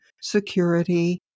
security